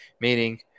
Meaning